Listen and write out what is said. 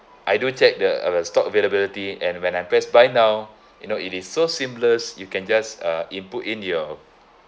I do check the uh stock availability and when I press buy now you know it is so seamless you can just uh input in your